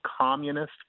communist